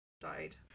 died